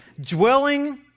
dwelling